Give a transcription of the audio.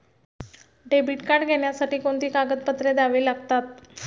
Debit card घेण्यासाठी कोणती कागदपत्रे द्यावी लागतात?